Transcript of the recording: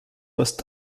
post